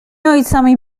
ojcami